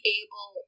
able